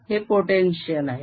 हे potential आहे